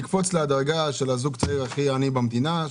זה 3.5%. נקפוץ לדרגה של הזוג הצעיר הכי עני במדינה,